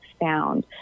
found